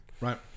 Right